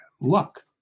luck